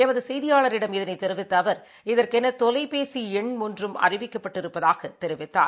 எமகுசெய்தியாளரிடம் இதனைத் தெரிவித்தஅவர் இதற்கெனதொலைப்பேசிஎண் ஒன்றும் அறிவிக்கப்பட்டிருப்பதாகத் தெரிவித்தார்